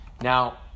now